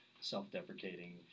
self-deprecating